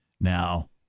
now